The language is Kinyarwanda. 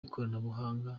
ikoranabuhanga